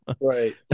Right